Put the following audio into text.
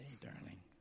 darling